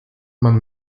man